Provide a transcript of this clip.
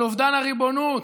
על אובדן הריבונות,